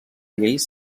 lleis